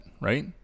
right